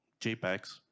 JPEGs